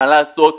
מה לעשות?